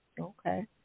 Okay